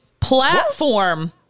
platform